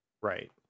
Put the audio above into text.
Right